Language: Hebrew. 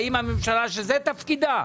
הממשלה זה תפקידה,